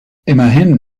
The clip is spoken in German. immerhin